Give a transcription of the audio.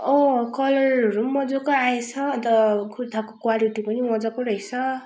कलरहरू मजाको आएछ अन्त कुर्ताको क्वालिटी पनि मजाको रहेछ